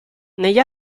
negli